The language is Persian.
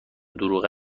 دروغ